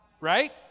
Right